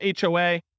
HOA